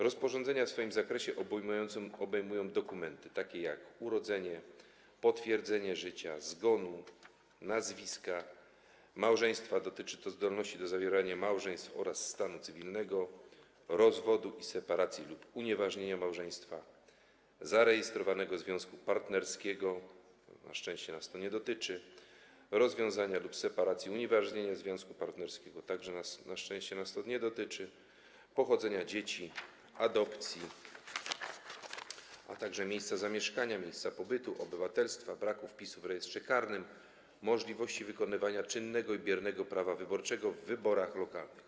Rozporządzenie swoim zakresem obejmuje dokumenty dotyczące urodzenia, potwierdzenia życia, zgonu, nazwiska, małżeństwa - dotyczy to zdolności do zawierania małżeństw oraz stanu cywilnego - rozwodu, separacji lub unieważnienia małżeństwa, zarejestrowanego związku partnerskiego - na szczęście nas to nie dotyczy - rozwiązania, separacji lub unieważnienia związku partnerskiego - także na szczęście nas to nie dotyczy - pochodzenia dzieci, adopcji, a także miejsca zamieszkania lub miejsca pobytu, obywatelstwa, braku wpisu w rejestrze karnym, możliwości wykonywania czynnego i biernego prawa wyborczego w wyborach lokalnych.